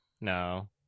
no